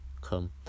come